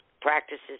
practices